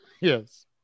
Yes